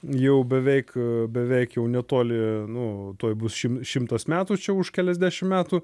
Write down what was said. jau beveik beveik jau netoli nu tuoj bus šimtas metų čia už keliasdešim metų